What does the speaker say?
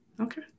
okay